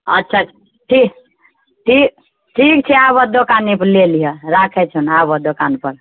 अच्छा ठीक ठीक ठीक छै आबऽ दोकाने पऽ ले लिहऽ राखैत छिअऽ आबऽ दोकाने पर